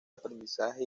aprendizaje